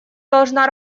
должна